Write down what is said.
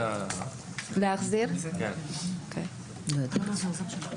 << דובר_המשך >> יאסר חוג'יראת